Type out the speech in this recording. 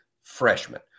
freshman